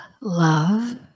love